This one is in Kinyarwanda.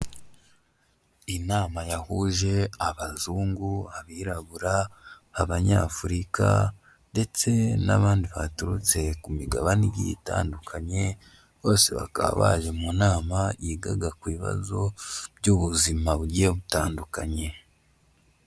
Inama yahuje Abazungu, Abirabura, Abanyafurika ndetse n'abandi baturutse ku migabane igiye itandukanye, bose bakaba baje mu nama yigaga ku bibazo by'ubuzima bugiye butandukanye.